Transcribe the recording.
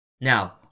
Now